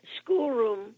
schoolroom